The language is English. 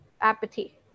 apathy